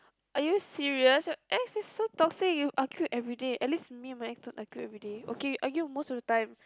are you serious your ex is so toxic you argue everyday at least me and my ex don't argue everyday okay we argue most of the time